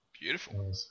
Beautiful